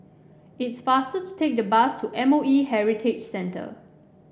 it's faster to take the bus to M O E Heritage Centre